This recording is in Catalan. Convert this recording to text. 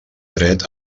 dret